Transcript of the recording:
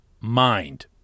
mind